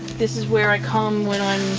this is where i come when i'm